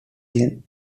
ion